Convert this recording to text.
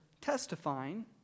testifying